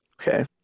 Okay